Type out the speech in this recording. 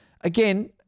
again